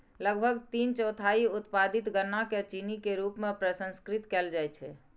लगभग तीन चौथाई उत्पादित गन्ना कें चीनी के रूप मे प्रसंस्कृत कैल जाइ छै